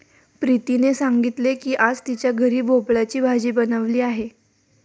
प्रीतीने सांगितले की आज तिच्या घरी भोपळ्याची भाजी बनवली आहे